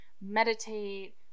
meditate